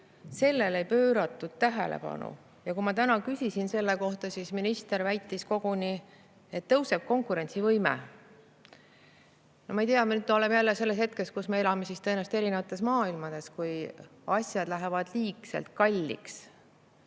ei pööratud tähelepanu. Kui ma täna küsisin selle kohta, siis minister väitis koguni, et tõuseb konkurentsivõime. No ma ei tea, nüüd me oleme jälle selles hetkes, kus me elame tõenäoliselt erinevates maailmades. Kui asjad lähevad liiga kalliks,